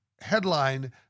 headline